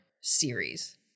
series